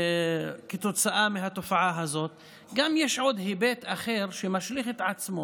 כתוצאה מהתופעה הזאת, יש היבט אחר שמשליך את עצמו.